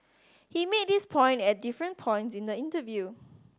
he made this point at different points in the interview